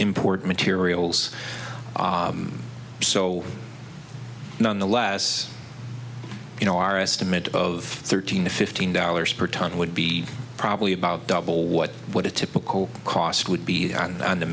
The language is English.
import materials so nonetheless you know our estimate of thirteen to fifteen dollars per ton would be probably about double what what a typical cost would be on